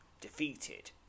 defeated